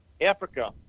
Africa